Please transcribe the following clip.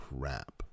crap